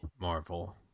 Marvel